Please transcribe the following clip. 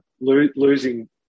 losing